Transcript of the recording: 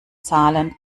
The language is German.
zahlen